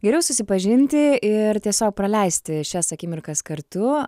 geriau susipažinti ir tiesiog praleisti šias akimirkas kartu